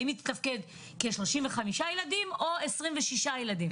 האם עם 35 ילדים או 26 ילדים.